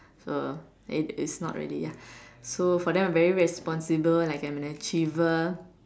so its its not really ya so for them I'm very responsible and like I'm an achiever